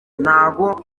ntago